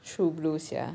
true blue sia